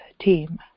team